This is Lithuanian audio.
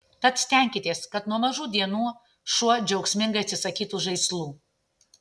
tad stenkitės kad nuo mažų dienų šuo džiaugsmingai atsisakytų žaislų